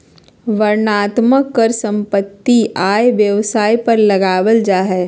वर्णनात्मक कर सम्पत्ति, आय, व्यापार पर लगावल जा हय